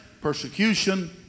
persecution